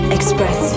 Express